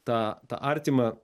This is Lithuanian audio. tą tą artimą